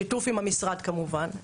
בשיתוף עם המשרד כמובן.